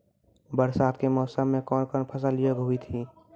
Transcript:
बरसात के मौसम मे कौन फसल योग्य हुई थी?